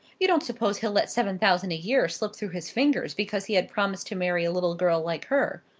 you don't suppose he'll let seven thousand a year slip through his fingers because he had promised to marry a little girl like her?